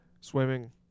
Swimming